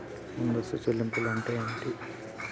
ముందస్తు చెల్లింపులు అంటే ఏమిటి?